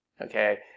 okay